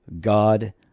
God